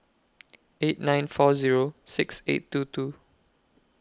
eight nine four Zero six eight two two